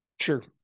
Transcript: Sure